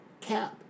cap